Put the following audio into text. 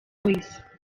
boys